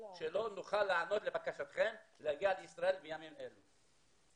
'לא נוכל להיענות לבקשתכם להגיע לישראל בימים אלה'.